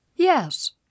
Yes